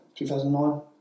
2009